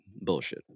bullshit